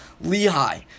Lehigh